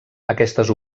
aquestes